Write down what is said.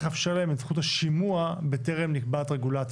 צריך לאפשר להם את זכות השימוע בטרם נקבעת רגולציה.